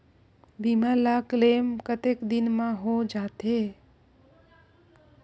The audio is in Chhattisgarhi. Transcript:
बीमा ला क्लेम कतेक दिन मां हों जाथे?